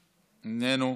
איננו,